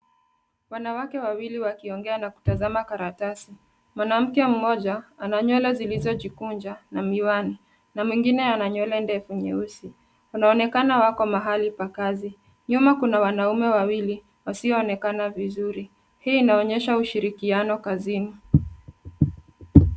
Wanawake wawili wakiongea na kutazama karatasi. Mwanamke mmoja ana nywele zilizojikunja na miwani, na mwingine ana nywele ndefu nyeusi. Wanaonekana wako mahali pa kazi. Nyuma kuna wanaume wawili wasioonekana vizuri. Hii inaonyesha ushirikiano kazini.